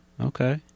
Okay